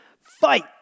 Fight